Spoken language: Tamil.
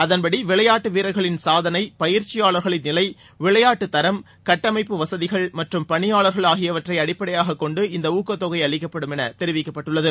அதன்படி விளையாட்டு வீரர்களின் சாதனை பயிற்சியாளர்கள் நிலை விளையாட்டுத் தரம் கட்டமைப்பு வசதிகள் மற்றம் பணியாளர்கள் ஆகியவற்றை அடிப்படையாக கொண்டு இந்த ஊக்கத்தொகை அளிக்கப்படும் என்று அறிவிக்கப்பட்டுள்ளது